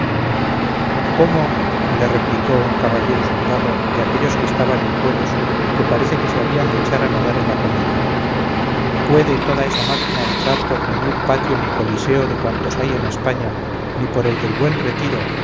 cómo le replicó un caballero soldado de aquellos que estaban en cueros que parece que se habían de echar a nadar en la comedia puede toda esa máquina entrar por ningún patio ni coliseo de cuantos hay en españa ni por el del buen retiro